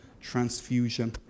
transfusion